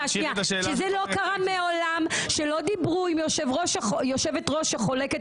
וזה לא קרה מעולם שלא דיברו עם יושבת ראש שחולקת